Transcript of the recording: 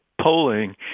polling